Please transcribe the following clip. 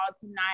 tonight